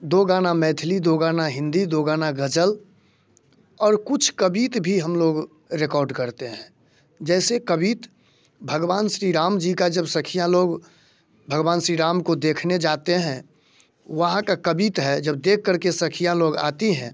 दो गाने मैथिली दो गाने हिंदी दो गाने ग़ज़ल और कुछ कवित भी हम लोग रिकॉर्ड करते हैं जैसे कवित भगवान श्री राम जी का जब सखियाँ लोग भगवान श्री राम को देखने जाते हैं वहाँ का कवित है जब देख कर के सखियाँ लोग आती है